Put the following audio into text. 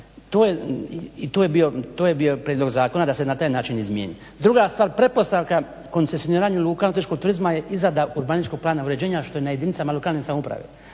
To je bio prijedlog zakona da se na taj način izmijeni. Druga stvar, pretpostavka koncesioniranju luka nautičkog turizma je izrada Urbanističkog plana uređenja što je na jedinicama lokalne samouprave.